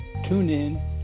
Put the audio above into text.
TuneIn